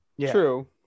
true